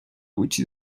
which